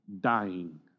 dying